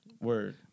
Word